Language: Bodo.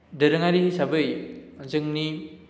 दोरोङारि हिसाबै जोंनि